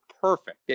perfect